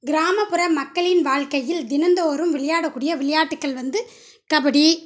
கிராமப்புற மக்களின் வாழ்க்கையில் தினம் தோறும் விளையாடக்கூடிய விளையாட்டுகள் வந்து கபடி